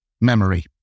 memory